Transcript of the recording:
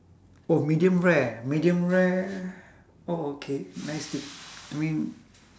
oh medium rare medium rare oh okay nice steak to me